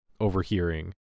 overhearing